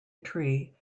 tree